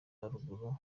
haruguru